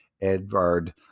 Edvard